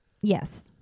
yes